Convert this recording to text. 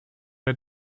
der